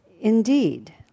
Indeed